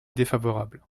défavorable